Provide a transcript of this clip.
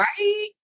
right